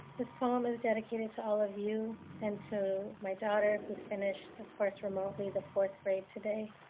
this poem is dedicated to all of you and to my daughter who finished, of course remotely, the fourth grade today.